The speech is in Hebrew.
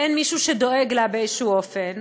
אין מישהו שדואג לה באיזשהו אופן,